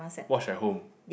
watch at home